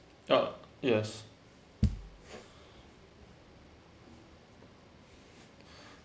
uh yes